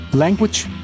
Language